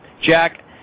Jack